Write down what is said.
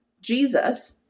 Jesus